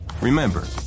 Remember